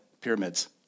pyramids